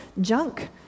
junk